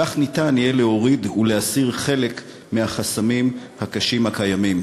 כך ניתן יהיה להוריד ולהסיר חלק מהחסמים הקשים הקיימים.